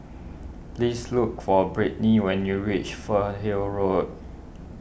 please look for Britney when you reach Fernhill Road